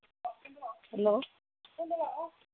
hello